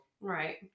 right